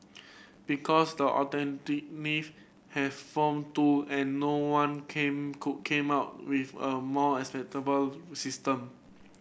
because the alternative may have form too and no one came could came up with a more acceptable system